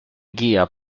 guía